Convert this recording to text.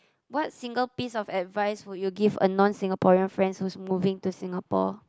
what single piece of advice would you give a non Singaporean friends who's moving to Singapore